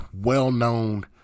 well-known